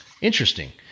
Interesting